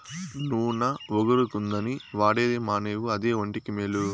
నూన ఒగరుగుందని వాడేది మానేవు అదే ఒంటికి మేలు